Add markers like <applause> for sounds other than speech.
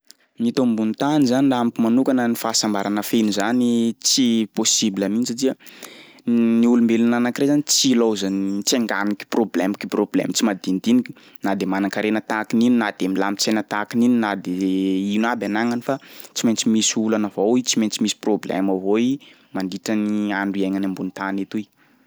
Ny eto ambony tany zany laha amiko manokana ny fahasambarana feno zany tsy possible mihitsy satsia <hesitation> ny olombelona anankiray zany tsy ilaozan- tsy engan'ny kiprôblème kiprôblème tsy madinidiniky na de manan-karena tahaky n'ino, na de milamin-tsaina tahaky n'ino na de <hesitation> ino aby anagnany fa tsy maintsy misy olana avao i tsy maintsy misy prôblème avao i mandritra ny andro iaignany ambony tany etoy.